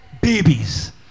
Babies